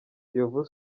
kiyovu